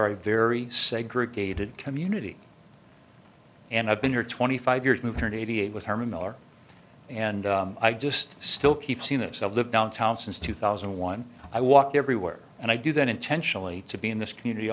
a very segregated community and i've been here twenty five years moved turned eighty eight with herman miller and i just still keep seeing those of the downtown since two thousand and one i walk everywhere and i do that intentionally to be in this community